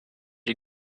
you